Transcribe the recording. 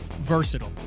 versatile